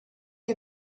you